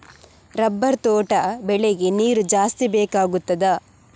Rubber ತೋಟ ಬೆಳೆಗೆ ನೀರು ಜಾಸ್ತಿ ಬೇಕಾಗುತ್ತದಾ?